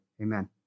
Amen